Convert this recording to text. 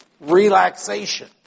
relaxation